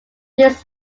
these